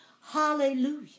Hallelujah